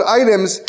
items